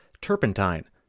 Turpentine